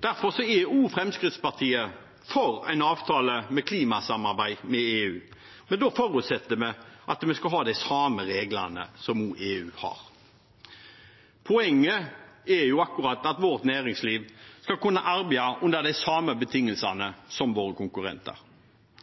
Derfor er også Fremskrittspartiet for en avtale om klimasamarbeid med EU, men da forutsetter vi at vi skal ha de samme reglene som EU har. Poenget er jo nettopp at vårt næringsliv skal kunne arbeide under de samme betingelsene som våre konkurrenter.